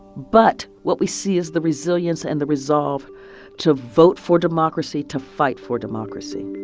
but what we see is the resilience and the resolve to vote for democracy, to fight for democracy